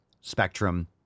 spectrum